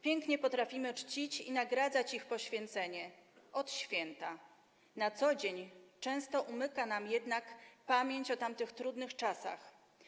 Pięknie potrafimy czcić i nagradzać ich poświęcenie - od święta, a na co dzień często umyka nam jednak pamięć o tamtych trudnych czasach.